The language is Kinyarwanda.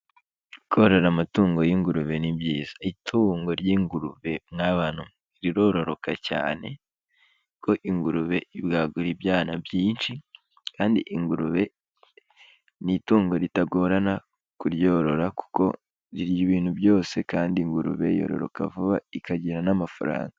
Korora amatungo y'ingurube ni byiza, itungo ry'ingurube mwa bantu mwe rirororoka cyane, ko ingurube ibwagura ibyana byinshi, kandi ingurube ni itungo ritagorana kuryorora kuko rirya ibintu byose, kandi ingurube yororoka vuba ikagira n'amafaranga.